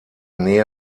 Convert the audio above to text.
nähe